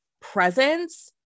presence